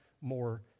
more